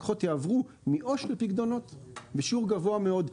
שלקוחות יעברו מעו"ש לפיקדונות בשיעור גבוה מאוד.